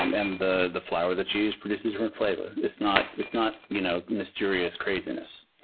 um and the the flour that you use produces a different flavor. it's not it's not you know mysterious craziness.